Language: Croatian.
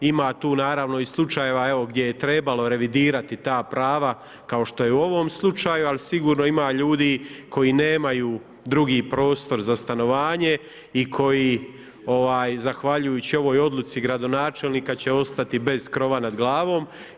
Ima tu naravno i slučajeva gdje je trebalo revidirati ta prava kao što je u ovom slučaju, ali sigurno ima ljudi koji nemaju drugi prostor za stanovanje i koji zahvaljujući ovoj odluci gradonačelnika će ostati bez krova nad glavom.